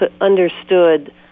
understood